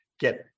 get